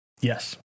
Yes